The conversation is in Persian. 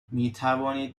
مینوانید